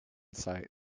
sight